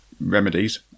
remedies